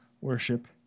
worship